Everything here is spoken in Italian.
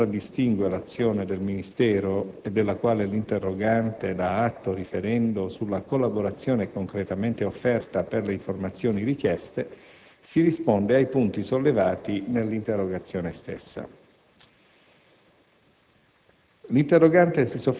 Con la trasparenza che contraddistingue l'azione del Ministero e della quale l'interrogante dà atto riferendo sulla collaborazione concretamente offerta per le informazioni richieste, si risponde ai punti sollevati nell'interrogazione stessa.